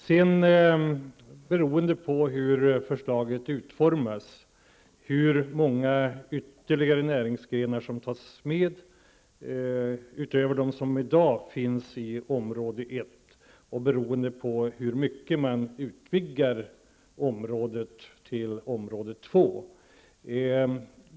Sedan beror det hela på hur förslaget utformas, hur många ytterligare näringsgrenar som tas med utöver de som i dag finns med i området 1 och på hur mycket man utvidgar område till att omfatta område 2.